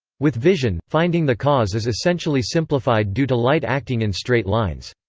with vision, finding the cause is essentially simplified due to light acting in straight lines.